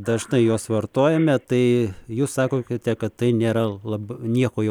dažnai juos vartojame tai jūs sakote kad tai nėra labai nieko